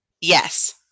Yes